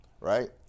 right